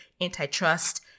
antitrust